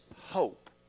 hope